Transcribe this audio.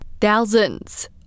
Thousands